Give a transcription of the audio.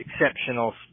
exceptional